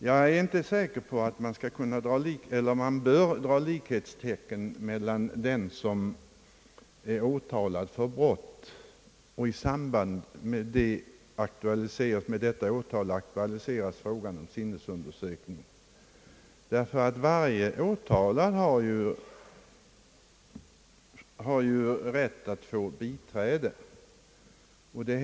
Jag är inte säker på att man bör sätta likhetstecken med det fallet, att en person är åtalad för brott och i samband därmed frågan om sinnesundersökning aktualiseras, därför att varje åtalad ju har rätt att få biträde.